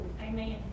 Amen